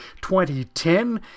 2010